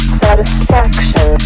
satisfaction